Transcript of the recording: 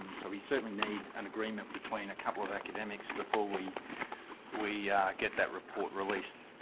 um so we certainly need an agreement between a couple of academics before we we yeah get that report released.